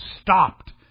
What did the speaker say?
stopped